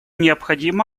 необходимо